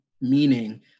Meaning